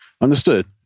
understood